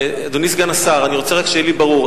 אדוני סגן השר, אני רוצה רק שיהיה לי ברור.